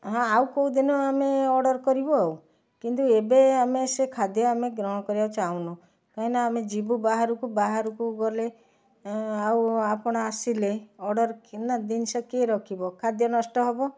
ହଁ ଆଉ କେଉଁ ଦିନ ଆମେ ଅର୍ଡ଼ର କରିବୁ ଆଉ କିନ୍ତୁ ଏବେ ସେ ଖାଦ୍ୟ ଆମେ ଗ୍ରହଣ କରିବାକୁ ଚାହୁଁନୁ କାହିଁକିନା ଆମେ ଯିବୁ ବାହାରକୁ ବାହାରକୁ ଗଲେ ଆଉ ଆପଣ ଆସିଲେ ଅର୍ଡ଼ର କି ନା ଜିନିଷ କିଏ ରଖିବ ଖାଦ୍ୟ ନଷ୍ଟ ହବ